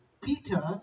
Peter